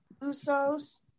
Usos